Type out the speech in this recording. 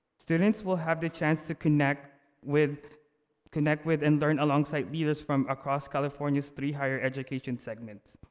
students will have the chance to connect with connect with and learn alongside leaders from across california's three higher education segments.